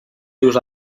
rius